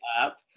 up